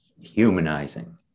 humanizing